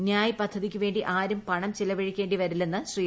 ന്യായ്പദ്ധതിയ്ക്ക് വേണ്ടി ആരും പണം ചിലവഴിക്കേണ്ടി വരില്ലെന്ന് ശ്രീ